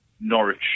Norwich